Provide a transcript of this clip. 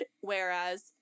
whereas